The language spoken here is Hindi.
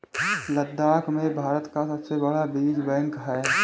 लद्दाख में भारत का सबसे बड़ा बीज बैंक है